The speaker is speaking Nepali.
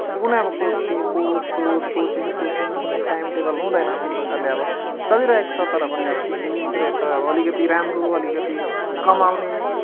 त्यहाँ कुनै अब कोचि कोच सोच कोचिङ सोचिङ कुनै टाइम टेबल हुँदैन त्यही प्रकारले अब चलिरहेको छ तर पनि अब सिकिनेले सिकिरहेको छ अब अलिकति राम्रो अलिकति कमाउने